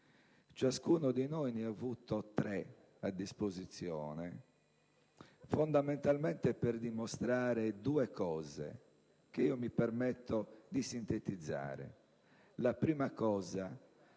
ciascuno di noi ne ha avuti tre a disposizione, fondamentalmente per dimostrare due cose, che mi permetto di sintetizzare. La prima è